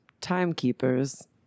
timekeepers